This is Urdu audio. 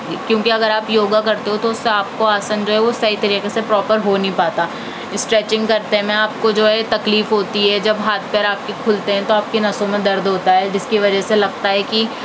کیونکہ اگر آپ یوگا کرتے ہو تو اس سے آپ کو آسن جو ہے وہ صحیح طریقے سے پراپر ہو نہیں پاتا اسٹریچنگ کرتے میں آپ کو جو ہے تکلیف ہوتی ہے جب ہاتھ پیر آپ کے کھلتے ہیں تو آپ کے نسوں میں درد ہوتا ہے جس کی وجہ سے لگتا ہے کہ